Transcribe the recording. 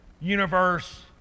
universe